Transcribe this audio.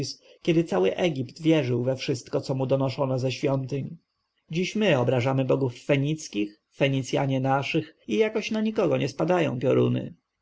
kiedy cały egipt wierzył we wszystko co mu donoszono ze świątyń dziś my obrażamy bogów fenickich fenicjanie naszych i jakoś na nikogo nie spadają pioruny